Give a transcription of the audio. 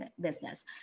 business